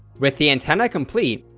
with the antenna complete,